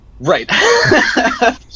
right